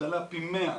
זה עלה פי 100,